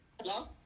hello